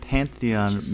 Pantheon